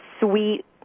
sweet